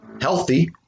healthy